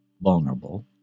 vulnerable